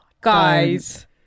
guys